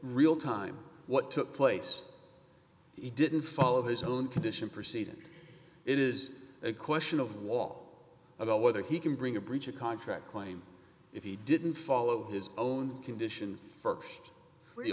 real time what took place he didn't follow his own condition proceeded it is a question of law about whether he can bring a breach of contract claim if he didn't follow his own condition